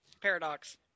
paradox